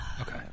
Okay